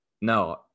No